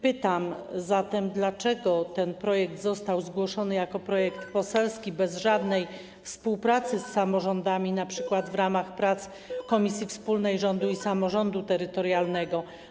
Pytam zatem: Dlaczego ten projekt został zgłoszony jako projekt poselski, bez żadnej współpracy z samorządami, np. w ramach prac Komisji Wspólnej Rządu i Samorządu Terytorialnego?